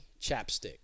chapstick